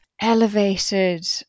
elevated